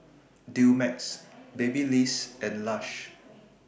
Dumex Babyliss and Lush